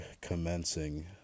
commencing